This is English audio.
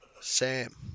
Sam